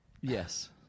yes